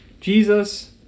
Jesus